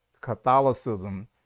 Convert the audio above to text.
Catholicism